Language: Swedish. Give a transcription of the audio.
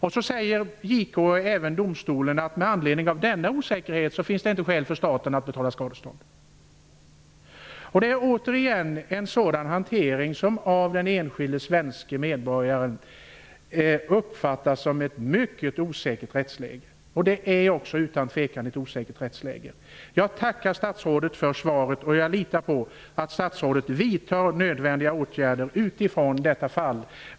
JK och även domstolen säger att det med anledning av denna osäkerhet inte finns skäl för staten att betala skadestånd. Återigen är det en sådan hantering som gör att den enskilde svenske medborgaren uppfattar rättsläget som mycket osäkert. Det är också utan tvivel ett osäkert rättsläge. Jag tackar statsrådet för svaret. Jag litar på att statsrådet vidtar nödvändiga åtgärder utifrån detta fall.